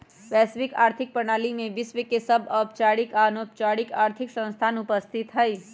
वैश्विक आर्थिक प्रणाली में विश्व के सभ औपचारिक आऽ अनौपचारिक आर्थिक संस्थान उपस्थित हइ